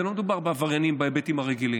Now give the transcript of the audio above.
לא מדובר בעבריינים בהיבטים הרגילים,